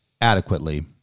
adequately